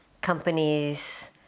Companies